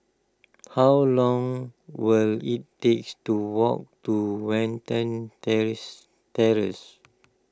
how long will it takes to walk to Watten Terrace Terrace